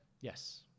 Yes